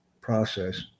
process